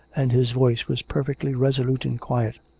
and his voice was perfectly resolute and quiet.